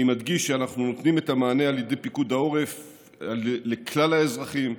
אני מדגיש שאנחנו נותנים את המענה על ידי פיקוד העורף לכלל האזרחים,